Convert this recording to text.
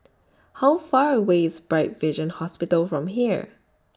How Far away IS Bright Vision Hospital from here